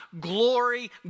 Glory